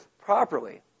properly